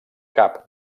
cap